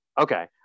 okay